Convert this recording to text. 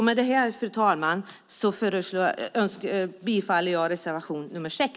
Med detta, fru talman, yrkar jag bifall till reservation nr 6.